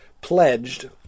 pledged